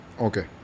Okay